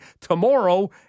tomorrow